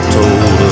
told